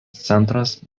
centras